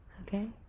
Okay